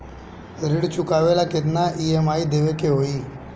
ऋण चुकावेला केतना ई.एम.आई देवेके होई?